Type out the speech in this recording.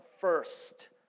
first